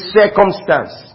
circumstance